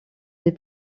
des